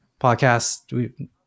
podcast